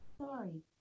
Sorry